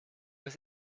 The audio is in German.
bis